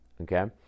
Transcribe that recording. Okay